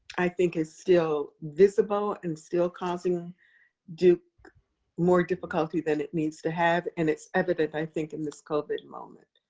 i think is still visible and still causing duke more difficulty than it needs to have. and it's evident, i think, in this covid moment,